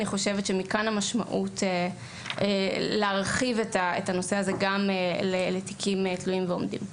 אני חושבת שמכאן המשמעות שבהרחבת הנושא הזה גם לתיקים תלויים ועומדים.